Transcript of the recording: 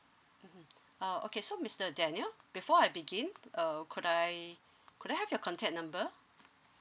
mmhmm uh okay mister daniel before I begin uh could I could I have your contact number